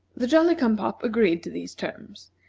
the jolly-cum-pop agreed to these terms,